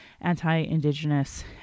anti-indigenous